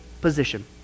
position